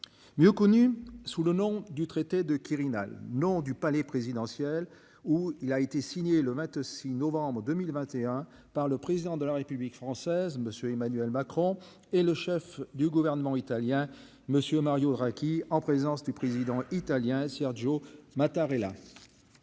mieux connu sous le nom du traité de Quirinal non du palais présidentiel, où il a été signé le 26 novembre 2021, par le président de la République française, Monsieur, Emmanuel Macron et le chef du gouvernement italien Monsieur Mario Draghi, qui, en présence du président italien Sergio Mattarella